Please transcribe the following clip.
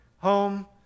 home